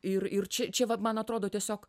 ir ir čia čia vat man atrodo tiesiog